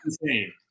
insane